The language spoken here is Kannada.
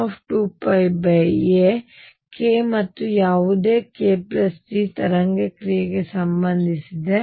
ಆದ್ದರಿಂದ k ಮತ್ತು ಯಾವುದೇ k G ತರಂಗ ಕ್ರಿಯೆಗೆ ಸಂಬಂಧಿಸಿದೆ